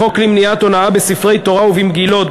חוק למניעת הונאה בספרי תורה ובמגילות,